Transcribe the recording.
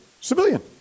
civilian